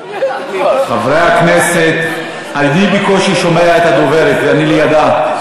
חברי הכנסת, אני בקושי שומע את הדוברת, ואני לידה.